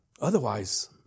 Otherwise